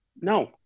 no